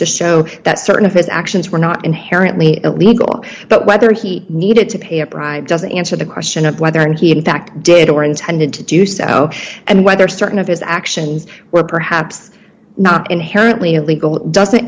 to show that certain of his actions were not inherently illegal but whether he needed to pay a bribe doesn't answer the question of whether or not he in fact did or intended to do so and whether certain of his actions were perhaps not inherently illegal it doesn't